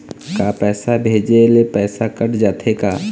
का पैसा भेजे ले पैसा कट जाथे का?